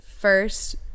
first